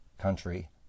country